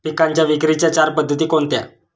पिकांच्या विक्रीच्या चार पद्धती कोणत्या?